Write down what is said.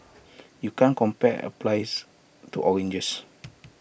you can't compare applies to oranges